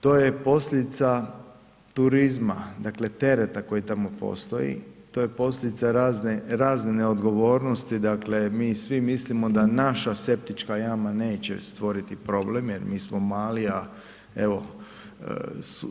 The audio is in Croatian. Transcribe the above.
To je posljedica turizma, dakle tereta koji tamo postoji, to je posljedica razne neodgovornosti dakle mi svi mislimo da naša septička jama neće stvoriti problem jer mi smo mali, a evo